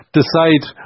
decide